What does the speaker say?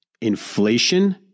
Inflation